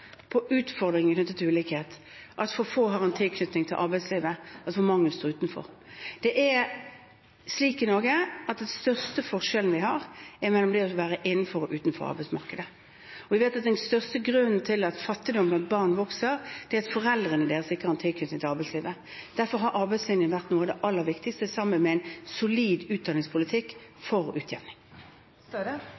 på utfordringene knyttet til ulikhet – at for få har en tilknytning til arbeidslivet, og at for mange står utenfor. Den største forskjellen vi har i Norge, er mellom dem som er innenfor og dem som er utenfor arbeidsmarkedet. Vi vet at den største grunnen til at fattigdom blant barn vokser, er at foreldrene deres ikke har en tilknytning til arbeidslivet. Derfor har arbeidslinjen, sammen med en solid utdanningspolitikk, vært noe av det aller viktigste